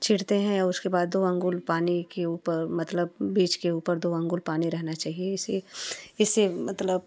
छींटते हैं उसके बाद दो अंगुल पानी के ऊपर मतलब बीज के ऊपर दो अंगुल पानी रहना चाहिए इसे इसे मतलब